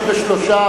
33,